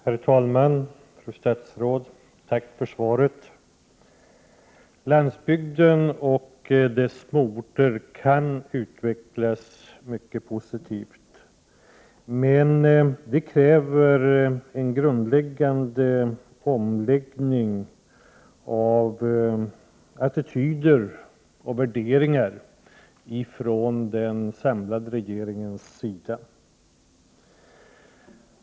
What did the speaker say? Herr talman! Tack för svaret, fru statsråd! Landsbygden och dess småorter kan utvecklas mycket positivt, men det kräver en grundlig omläggning av attityder och omläggningar från den samlade regeringen.